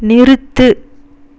நிறுத்து